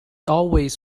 always